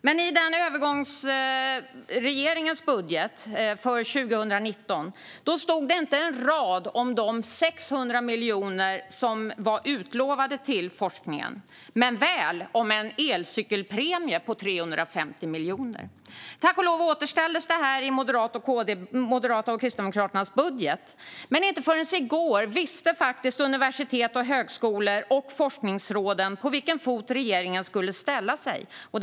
Men i övergångsregeringens budget för 2019 stod det inte en rad om de 600 miljoner som var utlovade till forskningen, men väl om en elcykelpremie på 350 miljoner. Tack och lov återställdes detta i Moderaternas och Kristdemokraternas budget, men inte förrän i går visste universitet, högskolor och forskningsråd vilken fot regeringen skulle ställa sig på.